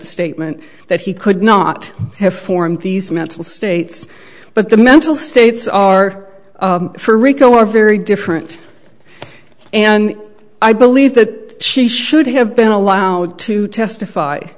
statement that he could not have formed these mental states but the mental states are for rico are very different and i believe that she should have been allowed to to testify